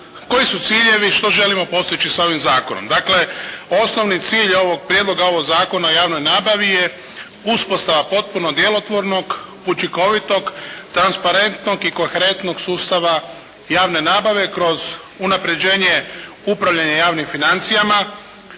koji su ciljevi, što želimo postići sa ovim zakonom? Dakle, osnovni cilj prijedloga ovog Zakona o javnoj nabavi je uspostava potpuno djelotvornog, učinkovitog, transparentnog i koherentnog sustava javne nabave kroz unapređenje upravljanja javnim financijama,